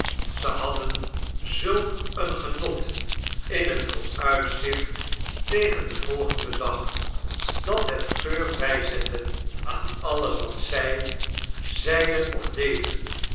zij hadden zulk een genot in het vooruitzicht tegen den volgenden dag dat het geur bijzette aan alles wat zij zeiden of deden